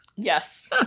Yes